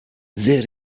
there